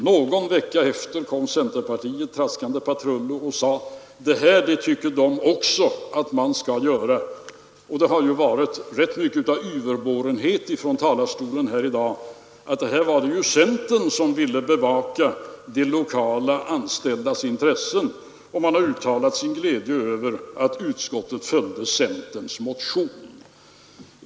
Någon vecka efteråt kom centerpartiet traskande patrullo och sade att det också tyckte att man skall göra på detta sätt. Man har ju i dag från denna talarstol redovisat rätt mycket av yverborenhet över att det var centern som ville bevaka de anställdas intressen, och man har uttalat sin glädje över att utskottet följde centerns motion.